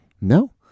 No